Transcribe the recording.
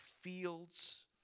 fields